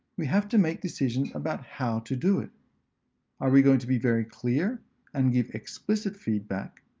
we have to make decisions about how to do it are we going to be very clear and give explicit feedback,